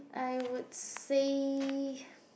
I would say